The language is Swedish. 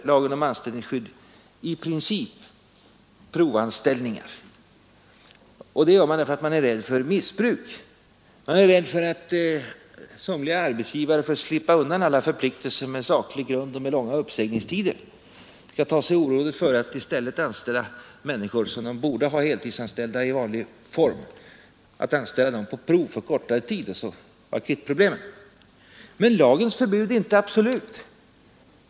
Lagen om anställningsskydd förbjuder i princip provanställningar, och det är därför att man är rädd för missbruk, man är rädd för att somliga arbetsgivare för att slippa undan alla förpliktelser när det gäller saklig grund och långa uppsägningstider skall ta sig orådet före att i stället på prov för kortare tid anställa människor som de borde ha heltidsanställda i vanlig form och därmed vara kvitt problemen. Men lagens förbud är inte absolut.